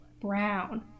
Brown